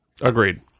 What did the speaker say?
Agreed